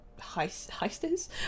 heisters